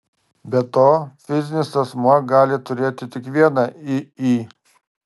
be to fizinis asmuo gali turėti tik vieną iį